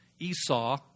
Esau